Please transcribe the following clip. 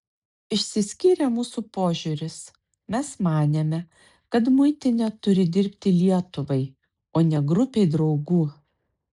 išsiskyrė mūsų požiūris mes manėme kad muitinė turi dirbti lietuvai o ne grupei draugų